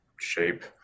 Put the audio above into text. shape